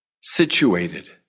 situated